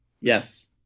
Yes